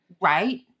Right